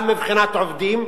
גם מבחינת עובדים,